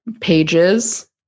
pages